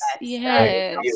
Yes